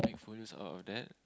full use all of that